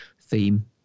theme